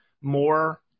more